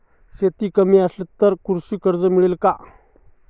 शेती कमी असेल तर कृषी कर्ज मिळेल का?